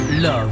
love